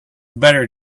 better